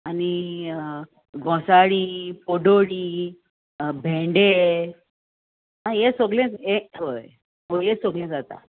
आनी घोसाळी पडोळी भेंडे आ हे सोगले हय हे सोगले जाता